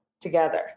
together